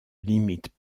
limitent